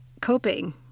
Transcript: coping